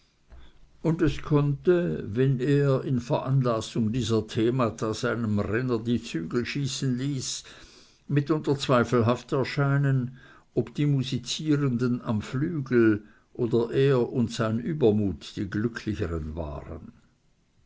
und es konnte wenn er in veranlassung dieser themata seinem renner die zügel schießen ließ mitunter zweifelhaft erscheinen ob die musizierenden am flügel oder er und sein übermut die glücklicheren waren